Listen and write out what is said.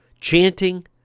chanting